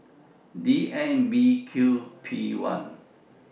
D M B Q P one